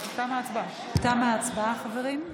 תמה ההצבעה, חברים.